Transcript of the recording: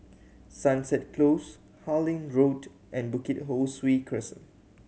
Sunset Close Harlyn Road and Bukit Ho Swee Crescent